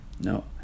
No